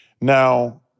Now